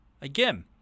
Again